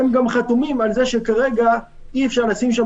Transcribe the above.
הם גם חתומים על כך שכרגע אי אפשר לשים שם